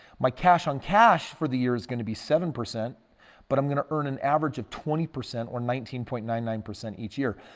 my cash on cash for the year is going to be seven percent but i'm going to earn an average of twenty percent or nineteen point nine nine each year.